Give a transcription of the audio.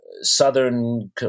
Southern